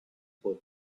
were